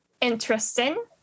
interesting